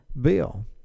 bill